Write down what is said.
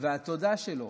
והתודה שלו